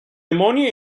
ammonia